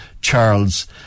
Charles